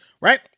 right